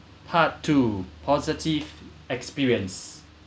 part two positive experience